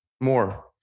more